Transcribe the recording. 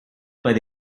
but